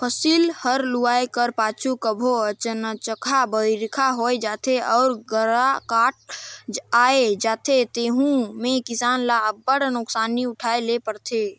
फसिल हर लुवाए कर पाछू कभों अनचकहा बरिखा होए जाथे अउ गर्रा घांटा आए जाथे तेहू में किसान ल अब्बड़ नोसकानी उठाए ले परथे